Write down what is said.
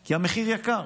כי המחיר יקר,